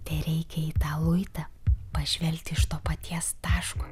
tereikia į tą luitą pažvelgti iš to paties taško